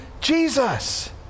Jesus